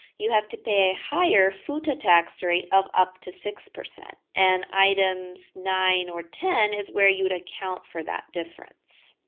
you have to pay a higher futa tax rate of up to six, and items nine or ten is where you would account for that difference.